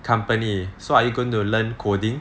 company so are you going to learn coding